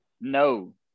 No